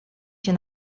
się